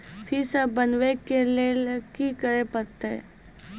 फेर सॅ बनबै के लेल की करे परतै?